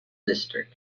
district